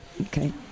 Okay